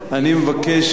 אני מבקש,